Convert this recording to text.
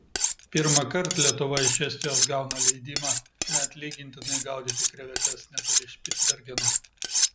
pirmąkart lietuva iš estijos gauna leidimą neatlygintinai gaudyti krevetes netoli špicbergeno